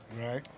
Right